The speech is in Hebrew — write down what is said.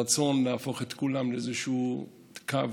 הרצון להפוך את כולם לאיזשהו קו,